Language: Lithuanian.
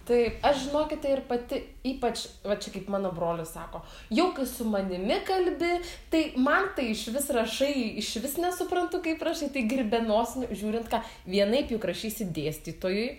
taip aš žinokite ir pati ypač va čia kaip mano brolis sako jau kai su manimi kalbi tai man tai išvis rašai išvis nesuprantu kaip rašai taigi ir be nosinių žiūrint ką vienaip juk rašysi dėstytojui